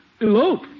Elope